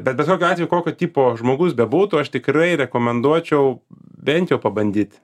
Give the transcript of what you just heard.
bet bet kokiu atveju kokio tipo žmogus bebūtų aš tikrai rekomenduočiau bent jau pabandyt